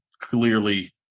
clearly